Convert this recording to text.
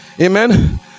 amen